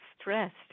stressed